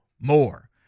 more